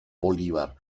bolívar